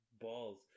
Balls